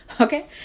okay